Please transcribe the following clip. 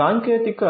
సాంకేతిక